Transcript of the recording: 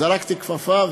זרקתי כפפה,